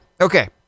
Okay